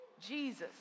Jesus